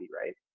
Right